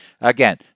again